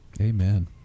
amen